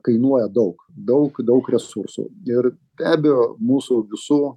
kainuoja daug daug daug resursų ir be abejo mūsų visų